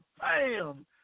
Bam